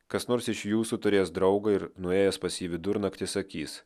kas nors iš jūsų turės draugą ir nuėjęs pas jį vidurnaktį sakys